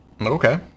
Okay